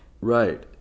Right